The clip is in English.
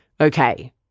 Okay